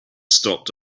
stopped